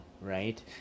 right